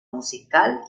musical